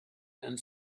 and